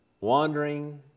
wandering